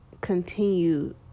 continue